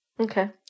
Okay